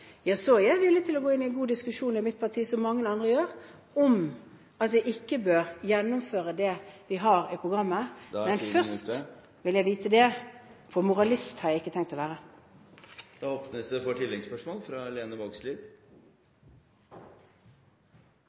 er jeg villig til å gå inn i en god diskusjon i mitt parti, som mange andre gjør, om at vi ikke bør gjennomføre det vi har i programmet. Men først vil jeg vite det – for moralist har jeg ikke tenkt å være. Det åpnes for oppfølgingsspørsmål – fra representanten Lene Vågslid.